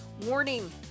Warning